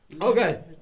Okay